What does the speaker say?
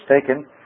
taken